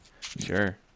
Sure